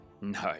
No